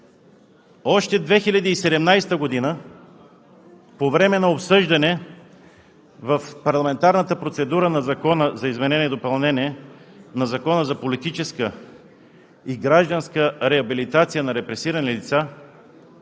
Още 2017 г., по време на обсъждане в парламентарната процедура на Закона за изменение и допълнение на Закона за политическа и гражданска реабилитация на репресирани лица,